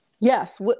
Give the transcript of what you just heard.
Yes